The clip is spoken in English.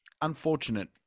Unfortunate